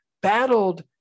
battled